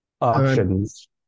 options